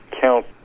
count